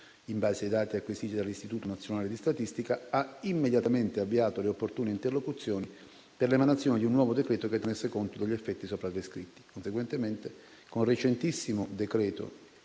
in base ai dati acquisiti dall'Istituto nazionale di statistica, ha immediatamente avviato le opportune interlocuzioni per l'emanazione di un nuovo decreto che tenesse conto degli effetti sopra descritti. Conseguentemente, con recentissimo decreto